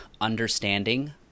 understanding